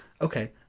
Okay